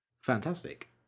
Fantastic